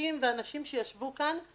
קשישים ואנשים שישבו כאן,